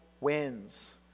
wins